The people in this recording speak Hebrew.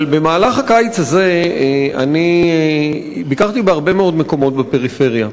אבל במהלך הקיץ הזה ביקרתי בהרבה מאוד מקומות בפריפריה,